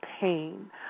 pain